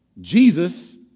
Jesus